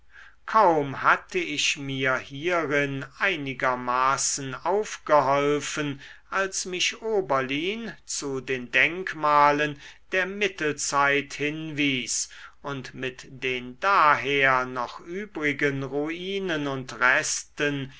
kaum hatte ich mir hierin einigermaßen aufgeholfen als mich oberlin zu den denkmalen der mittelzeit hinwies und mit den daher noch übrigen ruinen und resten